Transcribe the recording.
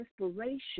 inspiration